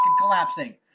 collapsing